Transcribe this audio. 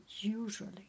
usually